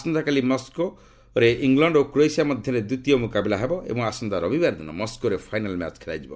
ଆସନ୍ତାକାଲି Moscow England ଓ Croatia ମଧ୍ୟରେ ଦ୍ୱିତୀୟ ମୁକାବିଲା ହେବ ଏବଂ ଆସନ୍ତା ରବିବାର ଦିନ ମସ୍କୋରେ ଫାଇନାଲ ମ୍ୟାଚ ଖେଳାଯିବ